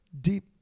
deep